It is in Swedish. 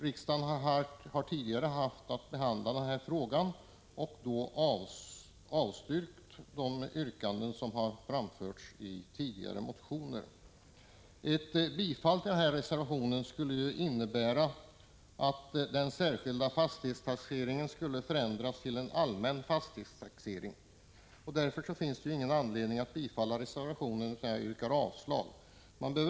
Riksdagen har tidigare behandlat denna fråga och då avslagit de yrkanden som framförts i tidigare motioner. Ett bifall till denna reservation skulle innebära att den särskilda fastighetstaxeringen förändrades till en allmän fastighetstaxering. Därför finns det ingen anledning att bifalla reservationen, utan jag yrkar avslag på den.